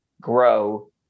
grow